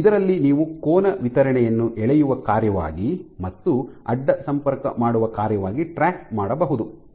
ಇದರಲ್ಲಿ ನೀವು ಕೋನ ವಿತರಣೆಯನ್ನು ಎಳೆಯುವ ಕಾರ್ಯವಾಗಿ ಮತ್ತು ಅಡ್ಡ ಸಂಪರ್ಕ ಮಾಡುವ ಕಾರ್ಯವಾಗಿ ಟ್ರ್ಯಾಕ್ ಮಾಡಬಹುದು